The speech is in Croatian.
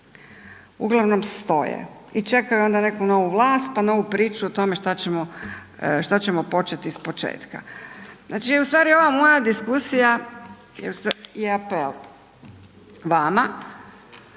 uglavnom stoje i čekaju neku novu vlast, pa novu priču o tome šta ćemo početi iz početka. Ustvari ova moja diskusija je apel vama